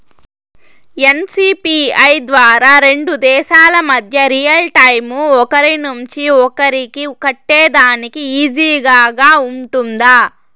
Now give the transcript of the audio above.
NCPI ద్వారా రెండు దేశాల మధ్య రియల్ టైము ఒకరి నుంచి ఒకరికి కట్టేదానికి ఈజీగా గా ఉంటుందా?